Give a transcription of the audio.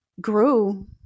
grew